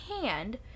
hand